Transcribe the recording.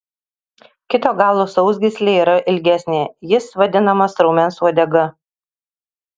kito galo sausgyslė yra ilgesnė jis vadinamas raumens uodega